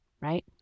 right